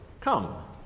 Come